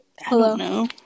Hello